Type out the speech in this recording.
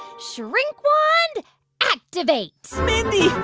shrink wand activate mindy,